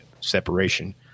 separation